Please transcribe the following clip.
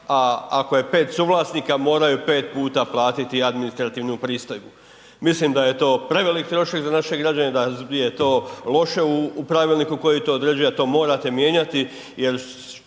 ako je pet suvlasnika, moraju pet puta platiti administrativnu pristojbu. Mislim da je to prevelik trošak za naše građane, da je to loše u pravilniku koji to određuje a to morate mijenjati jer